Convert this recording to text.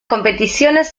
competiciones